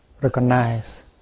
recognize